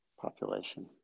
population